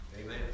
Amen